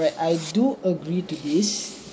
but I do agree to this